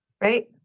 right